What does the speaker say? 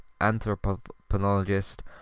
anthropologist